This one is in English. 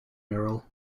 merrill